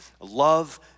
Love